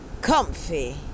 comfy